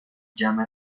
llama